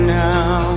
now